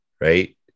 right